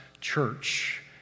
church